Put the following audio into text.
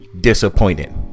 disappointed